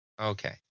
Okay